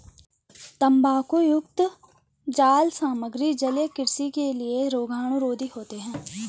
तांबायुक्त जाल सामग्री जलीय कृषि के लिए रोगाणुरोधी होते हैं